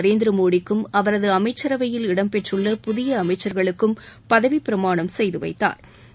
நரேந்திர மோடிக்கும் அவரது அமைச்சரவையில் இடம் பெற்றுள்ள புதிய அமைச்சள்களுக்கும் பதவிப்பிரமாணம் செய்து வைத்தாா்